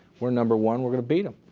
we're number one. we're gonna beat them.